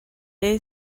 day